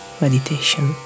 meditation